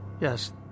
Yes